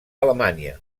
alemanya